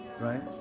right